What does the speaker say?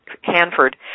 Hanford